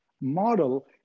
Model